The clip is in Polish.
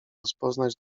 rozpoznać